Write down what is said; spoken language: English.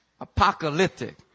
Apocalyptic